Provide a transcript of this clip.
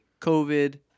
COVID